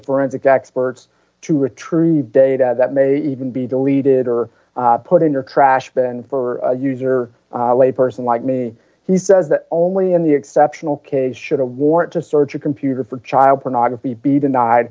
forensic experts to retrieve data that may even be deleted or put in your trash bin for use or layperson like me he says only in the exceptional case should a warrant to search a computer for child pornography be denied